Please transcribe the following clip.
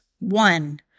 One